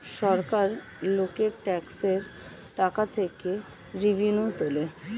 সরকার লোকের ট্যাক্সের টাকা থেকে রেভিনিউ তোলে